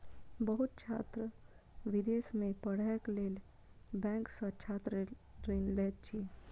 बहुत छात्र विदेश में पढ़ैक लेल बैंक सॅ छात्र ऋण लैत अछि